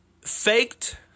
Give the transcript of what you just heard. Faked